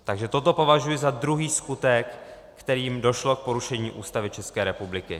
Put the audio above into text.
Takže toto považuji za druhý skutek, kterým došlo k porušení Ústavy České republiky.